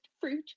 fruit